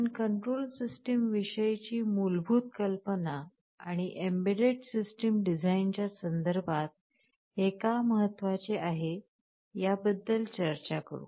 आपण control system विषयीची मूलभूत कल्पना आणि एम्बेडेड सिस्टम डिझाइनच्या संदर्भात हे का महत्त्वाचे आहे ह्याच्या बद्दल चर्चा करू